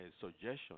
suggestion